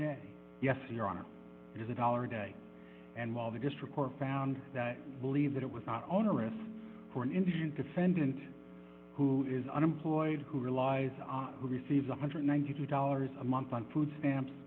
day yes your honor is a dollar a day and while the district court found that believe that it was not onerous for an indian defendant who is unemployed who relies on who receives one hundred and ninety two dollars a month on food stamps